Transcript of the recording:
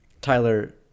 Tyler